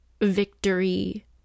victory